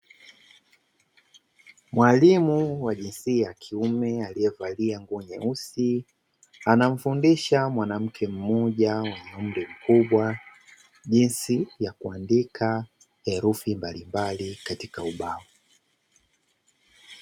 Mwalimu wa jinsia ya kiume aliyevalia nguo nyeusi, anamfundisha mwanamke mmoja mwenye umri mkubwa, jinsi ya kuandika herufi mbalimbali katika ubao.